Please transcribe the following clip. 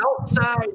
outside